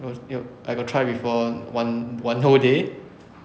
有有 I got try before one one whole day